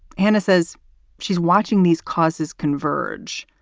hannah says she's watching these causes converge.